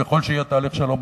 ככל שיהיה תהליך שלום,